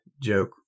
joke